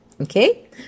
Okay